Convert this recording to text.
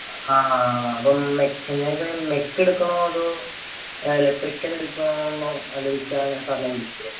ആ അപ്പം ഞാൻ ഇപ്പം മെക്കെടുക്കണോ അതോ ഇലക്ട്രിക്കൽ എടുക്കണോ എന്ന് ആലോചിച്ചാണ് ഞാൻ സാറിനെ വിളിച്ചത്